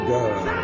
God